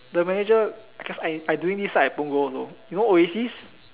the manager cos I I doing this side at Punggol also you know Oasis